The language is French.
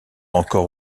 encore